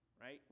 right